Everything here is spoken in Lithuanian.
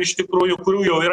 iš tikrųjų kurių jau yra